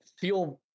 feel